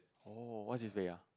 oh what's his pay ah